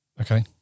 Okay